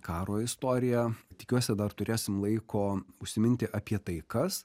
karo istoriją tikiuosi dar turėsim laiko užsiminti apie taikas